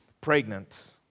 pregnant